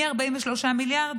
מ-43 מיליארד